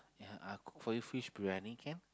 ya I cook for you fish briyani can